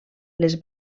les